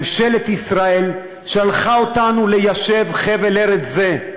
ממשלת ישראל שלחה אותנו ליישב חבל ארץ זה,